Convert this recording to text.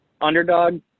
underdog